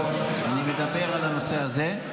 לא, אני מדבר על הנושא הזה.